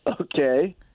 Okay